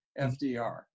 FDR